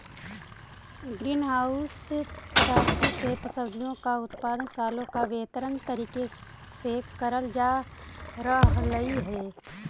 green house पद्धति से सब्जियों का उत्पादन सालों भर बेहतर तरीके से करल जा रहलई हे